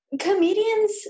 comedians